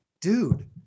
dude